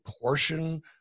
portion